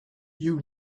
you